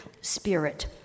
spirit